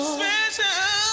special